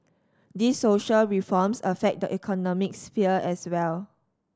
these social reforms affect the economic sphere as well